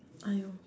!aiyo!